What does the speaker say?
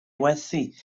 werthu